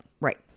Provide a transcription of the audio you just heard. right